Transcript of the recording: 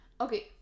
Okay